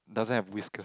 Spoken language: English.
doesn't have whisker